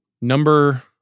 Number